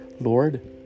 Lord